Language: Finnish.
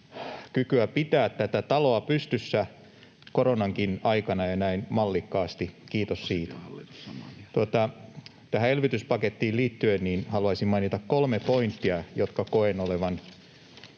kykyä pitää tätä taloa pystyssä koronankin aikana ja näin mallikkaasti, kiitos siitä. Tähän elvytyspakettiin liittyen haluaisin mainita kolme pointtia, joiden koen olevan